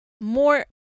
more